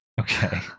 Okay